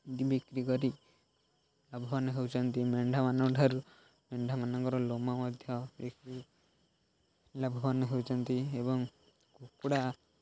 ବିକ୍ରି କରି ଲାଭବାନ ହେଉଛନ୍ତି ମେଣ୍ଢାମାନଙ୍କଠାରୁ ମେଣ୍ଢାମାନଙ୍କର ଲୋମ ମଧ୍ୟ ବିକି ଲାଭବାନ ହେଉଛନ୍ତି ଏବଂ କୁକୁଡ଼ା